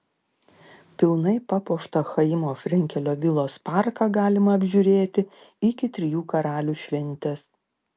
pilnai papuoštą chaimo frenkelio vilos parką galima apžiūrėti iki trijų karalių šventės